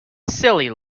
silly